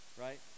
right